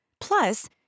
Plus